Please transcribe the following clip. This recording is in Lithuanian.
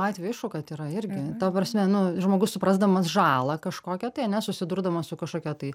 atvej aišku kad yra irgi ta prasme nu žmogus suprasdamas žalą kažkokią tai ane susidurdamas su kažkokia tai